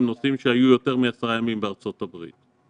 הם נוסעים שהיו יותר מעשרה ימים בארצות הברית.